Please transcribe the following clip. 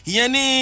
Yeni